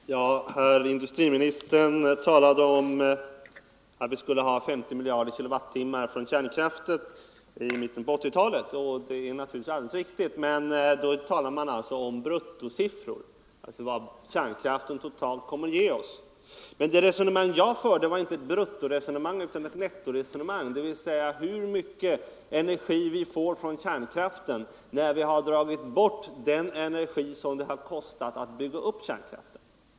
Nr 131 Herr talman! Industriministern talade om att kärnkraften kommer att Fredagen den ge oss 50 miljarder kilowattimmar i mitten av 1980-talet. Det är na — 29 november 1974 turligtvis riktigt, men det är en bruttosiffra. Det resonemang jag förde var emellertid inte ett bruttoresonemang utan ett nettoresonemang om = Ang. försäljningen hur mycket energi vi får från kärnkraften sedan vi dragit bort den energi = av svensk atomdet kostat att bygga upp den.